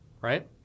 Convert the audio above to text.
right